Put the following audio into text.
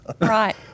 Right